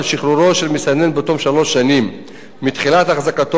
שחרורו של מסתנן בתום שלוש שנים מתחילת החזקתו